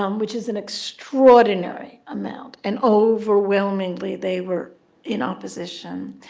um which is an extraordinary amount. and overwhelmingly they were in opposition.